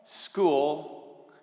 school